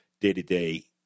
day-to-day